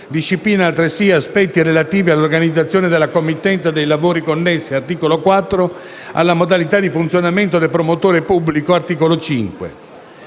disciplina altresì aspetti relativi all'organizzazione della committenza dei lavori connessi (articolo 4), alle modalità di funzionamento del promotore pubblico (articolo 5).